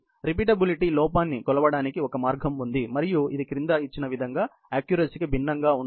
repeatability లోపాన్ని కొలవడానికి ఒక మార్గం ఉంది మరియు ఇది క్రింద ఇచ్చిన విధంగా ఆక్క్యురసీకి భిన్నంగా ఉంటుంది